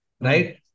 right